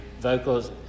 vocals